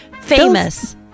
Famous